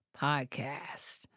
Podcast